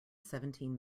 seventeen